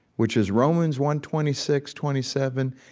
which is romans one twenty six, twenty seven,